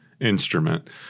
instrument